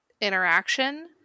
interaction